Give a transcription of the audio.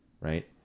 right